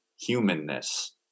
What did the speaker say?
humanness